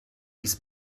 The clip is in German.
dies